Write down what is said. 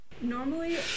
Normally